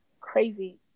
crazy